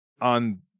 on